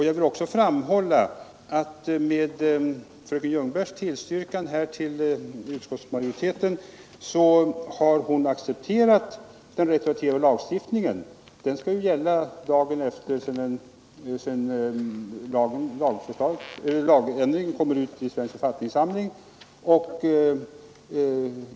Jag vill också framhålla att fröken Ljungberg genom att tillstyrka utskottsmajoritetens förslag har accepterat den retroaktiva lagstiftningen. Den skall gälla från den dag då lagändringen publiceras i Svensk författningssamling.